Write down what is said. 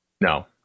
No